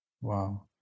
Wow